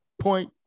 Point